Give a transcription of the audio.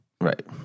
Right